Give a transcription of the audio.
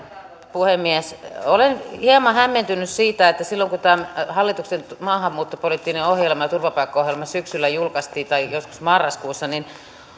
puhemies olen hieman hämmentynyt siitä että silloin kun tämä hallituksen maahanmuuttopoliittinen ohjelma ja turvapaikkaohjelma syksyllä tai joskus marraskuussa julkaistiin niin